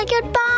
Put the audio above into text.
goodbye